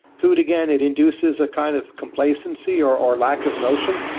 food, again, it induces a kind of complacency or or lack of motion.